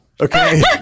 Okay